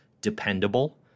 dependable